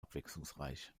abwechslungsreich